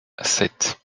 sept